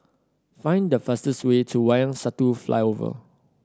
find the fastest way to Wayang Satu Flyover